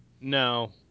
No